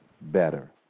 better